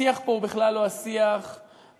השיח פה הוא בכלל לא בנושא תקציבי,